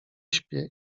śpię